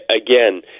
again